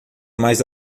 mais